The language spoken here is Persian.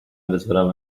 بذارم